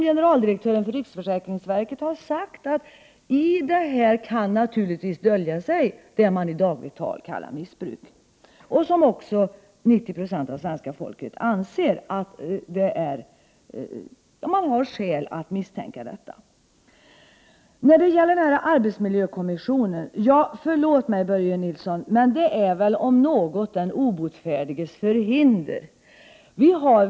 Generaldirektören för riksförsäkringsverket har sagt att i den siffran kan naturligtvis dölja sig vad man i dagligt tal kallar för missbruk. Även 90 96 av svenska folket anser att man har skäl att misstänka detta. Jag vill säga några ord om arbetsmiljökommissionen. Förlåt mig, Börje Nilsson, men det är väl om något den obotfärdiges förhinder.